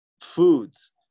foods